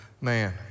man